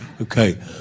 Okay